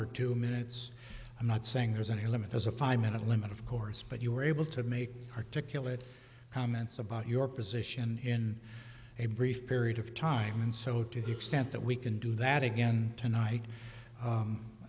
or two minutes i'm not saying there's any limit as a five minute limit of course but you were able to make articulate comments about your position in a brief period of time and so to the extent that we can do that again tonight